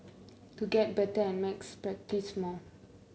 to get better at maths practise more